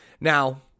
Now